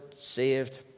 saved